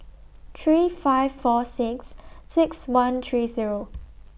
three five four six six one three Zero